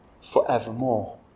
forevermore